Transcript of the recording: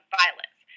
violence